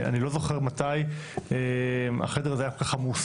אני לא זוכר מתי החדר הזה היה כל כך עמוס